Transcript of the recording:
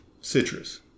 citrus